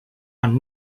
are